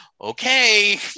okay